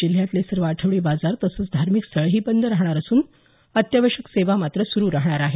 जिल्ह्यातले सर्व आठवडी बाजार तसंच धार्मिक स्थळंही बंद राहणार असून अत्यावश्यक सेवा मात्र सुरू राहणार आहेत